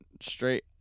straight